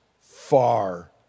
far